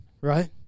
right